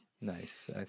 Nice